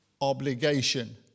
obligation